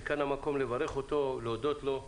שכאן המקום לברך אותו, להודות לו,